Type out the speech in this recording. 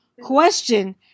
Question